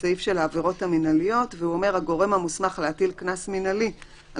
בסעיף של העבירות המנהליות והוא אומר: הגורם המוסמך להטיל קנס מנהלי על